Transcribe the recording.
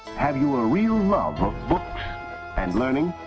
have you a real love of books and learning?